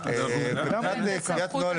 פשוט אין להן חוק עזר.